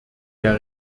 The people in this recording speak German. der